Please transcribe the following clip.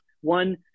One